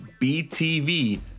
BTV